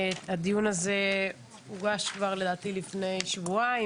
הדיון הזה הוגש לדעתי כבר לפני שבועיים